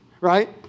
right